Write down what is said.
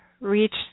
reach